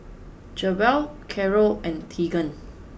Jewell Carole and Tegan